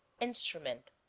instrument,